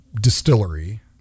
distillery